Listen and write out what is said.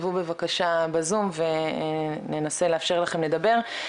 תכתבו בבקשה בזום וננסה לאפשר לכם לדבר.